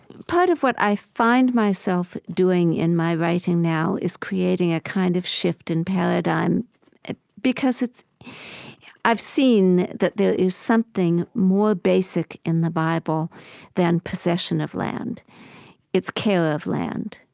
part of what i find myself doing in my writing now is creating a kind of shift in paradigm because i've seen that there is something more basic in the bible than possession of land it's care of land